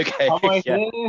okay